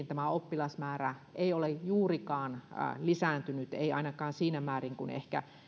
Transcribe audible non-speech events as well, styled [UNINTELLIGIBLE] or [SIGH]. [UNINTELLIGIBLE] tämä oppilasmäärä ei ole kuitenkaan juurikaan lisääntynyt ei ainakaan siinä määrin kuin ehkä